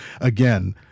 again